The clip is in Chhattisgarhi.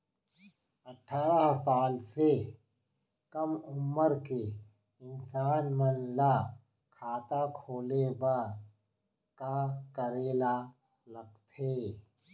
अट्ठारह साल से कम उमर के इंसान मन ला खाता खोले बर का करे ला लगथे?